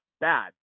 bad